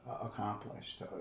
accomplished